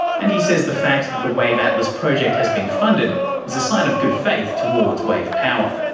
and he says the fact that the wave atlas project has been funded is a sign of good faith towards wave power.